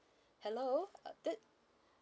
hello uh that